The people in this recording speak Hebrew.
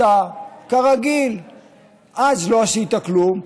אתה כרגיל אז לא עשית כלום,